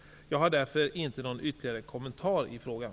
Jag har därför inte någon ytterligare kommentar i frågan.